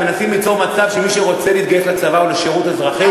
אתם מנסים ליצור מצב שמי שרוצה להתגייס לצבא או לשירות אזרחי,